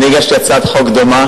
אני הגשתי הצעת חוק דומה